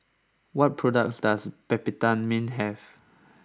what products does Peptamen have